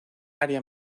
área